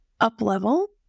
up-level